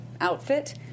outfit